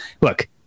look